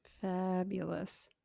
Fabulous